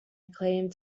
acclaimed